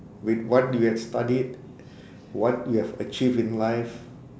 with what you have studied what you have achieved in life